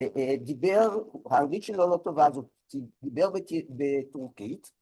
דיבר, האנגלית שלו לא טובה אז הוא דיבר בטורקית